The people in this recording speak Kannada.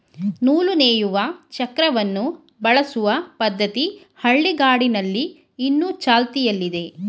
ನೂಲು ನೇಯಲು ಚಕ್ರವನ್ನು ಬಳಸುವ ಪದ್ಧತಿ ಹಳ್ಳಿಗಾಡಿನಲ್ಲಿ ಇನ್ನು ಚಾಲ್ತಿಯಲ್ಲಿದೆ